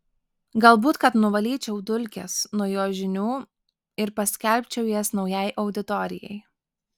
galbūt kad nuvalyčiau dulkes nuo jo žinių ir paskelbčiau jas naujai auditorijai